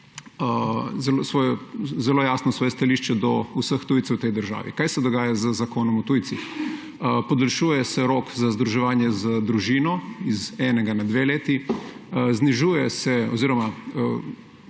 zelo jasno svoje stališče do vseh tujce v tej državi. Kaj se dogaja z Zakonom o tujcih? Podaljšuje se rok za združevanje z družino z enega na dve leti, znižuje se oziroma